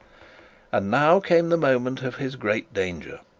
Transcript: and now came the moment of his great danger.